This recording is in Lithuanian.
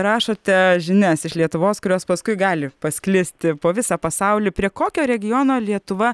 rašote žinias iš lietuvos kurios paskui gali pasklisti po visą pasaulį prie kokio regiono lietuva